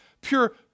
pure